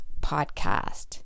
podcast